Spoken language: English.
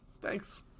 Thanks